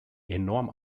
enorm